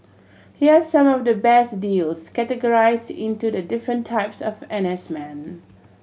here are some of the best deals categorised into the different types of N S men